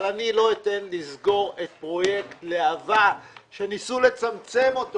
אבל אני לא אתן לסגור את פרויקט להבה שניסו לצמצם אותו.